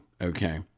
okay